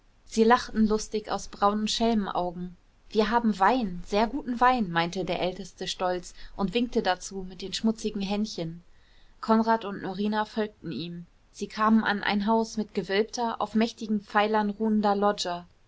sie lachten lustig aus braunen schelmenaugen wir haben wein sehr guten wein meinte der älteste stolz und winkte dazu mit den schmutzigen händchen konrad und norina folgten ihm sie kamen an ein haus mit gewölbter auf mächtigen pfeilern ruhender loggia